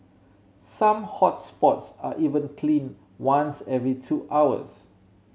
some hots spots are even clean once every two hours